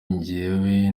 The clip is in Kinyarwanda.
njyewe